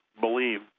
believe